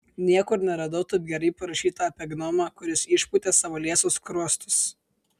niekur neradau taip gerai parašyta apie gnomą kuris išpūtė savo liesus skruostus